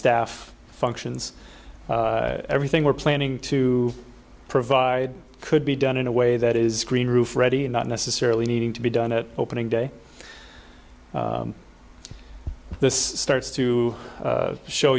staff functions everything we're planning to provide could be done in a way that is green roof ready and not necessarily needing to be done at opening day this starts to show